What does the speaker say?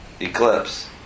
eclipse